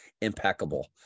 impeccable